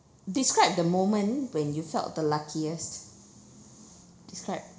describe the moment when you felt the luckiest describe